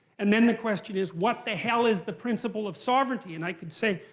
and then the question is, what the hell is the principle of sovereignty? and i could say,